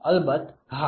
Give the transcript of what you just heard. અલબત્ત હા